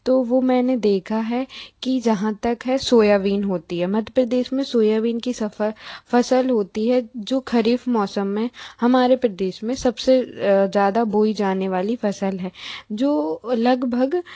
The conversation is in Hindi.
तो वो मैंने देखा है कि जहाँ तक है सोयाबीन होती है मध्य प्रदेश में सोयाबीन की सफल फसल होती है जो खरीफ मौसम में हमारे प्रदेश में सबसे ज़्यादा बोई जाने वाली फसल है जो लगभग